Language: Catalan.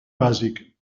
bàsic